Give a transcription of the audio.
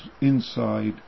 inside